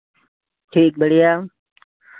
ठीक बढ़ियाँ